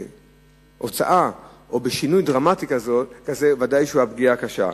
בהוצאה או בשינוי דרמטי כזה, ודאי שהפגיעה קשה.